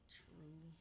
true